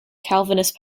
calvinist